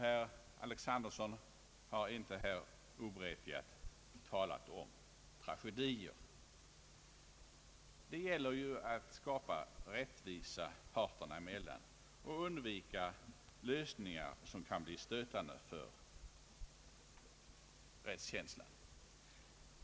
Herr Alexanderson har här, inte oberättigat, talat om tragedier. Det gäller ju att skapa rättvisa parterna emellan och undvika lösningar som kan bli stötande för rättskänslan.